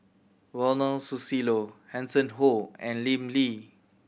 Ronald Susilo Hanson Ho and Lim Lee